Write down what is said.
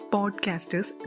Podcasters